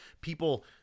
people